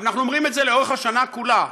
אנחנו אומרים את זה לאורך השנה כולה: